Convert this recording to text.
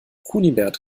kunibert